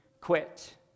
quit